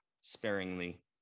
sparingly